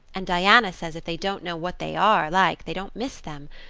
and diana says if they don't know what they are like they don't miss them.